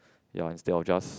ya instead of just